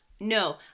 No